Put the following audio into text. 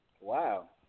Wow